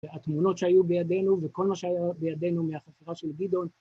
והתמונות שהיו בידינו וכל מה שהיה בידינו מהחקירה של גדעון